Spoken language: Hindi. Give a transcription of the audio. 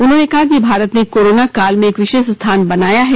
उन्होंने कहा कि भारत ने कोरोना काल में एक विशेष स्थान बनाया है